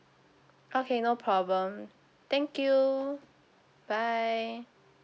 okay no problem thank you bye